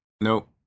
Nope